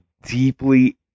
deeply